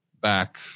back